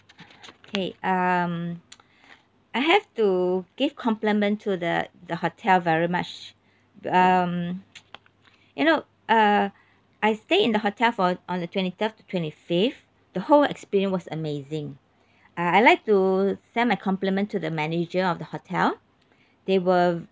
hey um I have to give compliment to the the hotel very much um you know uh I stayed in the hotel for on the twenty third to twenty fifth the whole experience was amazing uh I'd like to send my compliment to the manager of the hotel they were